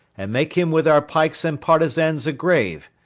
and make him with our pikes and partisans a grave.